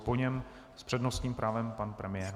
Po něm s přednostním právem pan premiér.